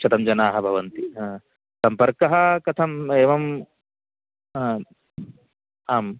शतं जनाः भवन्ति सम्पर्कः कथम् एवं आम्